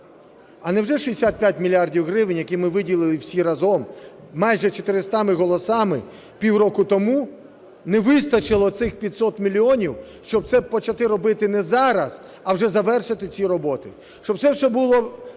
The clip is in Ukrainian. а невже 65 мільярдів гривень, які ми виділили всі разом, майже 400 голосами, півроку тому, не вистачило цих 500 мільйонів, щоб це почати робити не зараз, а вже завершити ці роботи, щоб це все було